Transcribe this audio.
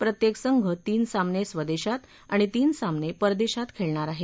प्रत्येक संघ तीन सामने स्वदेशात आणि तीन सामने परदेशात खेळणार आहे